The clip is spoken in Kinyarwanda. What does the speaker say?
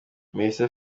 melissa